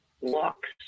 walks